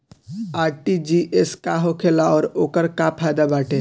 RTGS का होखेला और ओकर का फाइदा बाटे?